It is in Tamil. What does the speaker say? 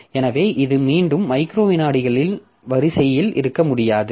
எனவே இது மீண்டும் மைக்ரோ விநாடிகளின் வரிசையில் இருக்க முடியாது